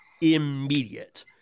immediate